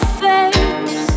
face